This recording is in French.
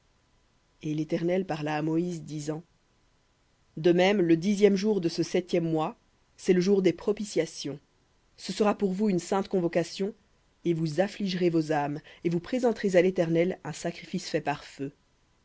et l'éternel parla à moïse disant de même le dixième de ce septième mois c'est le jour des propitiations ce sera pour vous une sainte convocation et vous affligerez vos âmes et vous présenterez à l'éternel un sacrifice fait par feu